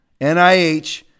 nih